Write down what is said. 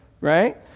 right